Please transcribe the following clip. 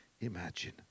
imagine